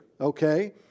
okay